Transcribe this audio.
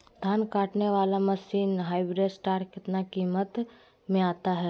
धान कटने बाला मसीन हार्बेस्टार कितना किमत में आता है?